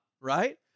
right